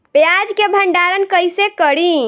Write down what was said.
प्याज के भंडारन कईसे करी?